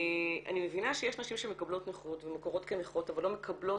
אני מבינה שיש נשים שמקבלות נכות ומוכרות כנכות אבל לא מקבלות